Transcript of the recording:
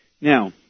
Now